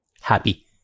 happy